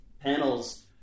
panels